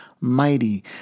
mighty